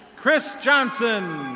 chris johnson.